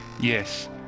Yes